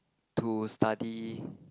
to study